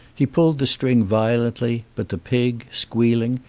he pulled the string violently, but the pig, squealing,